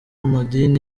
madini